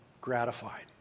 gratified